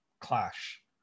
clash